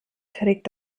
trägt